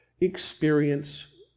experience